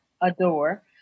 adore